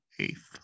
eighth